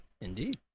indeed